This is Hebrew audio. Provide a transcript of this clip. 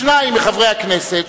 שניים מחברי הכנסת,